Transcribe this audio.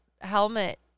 helmet